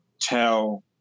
tell